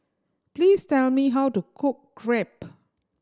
please tell me how to cook Crepe